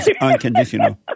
unconditional